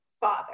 father